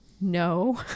no